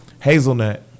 Hazelnut